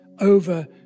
over